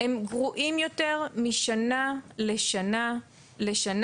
הם גרועים יותר משנה לשנה לשנה.